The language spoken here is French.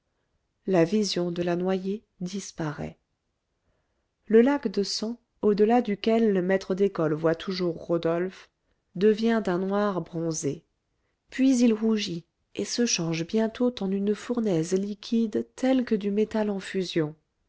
la vision de la noyée disparaît le lac de sang au delà duquel le maître d'école voit toujours rodolphe devient d'un noir bronzé puis il rougit et se change bientôt en une fournaise liquide telle que du métal en fusion